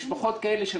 משפחות כאלה,